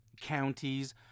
counties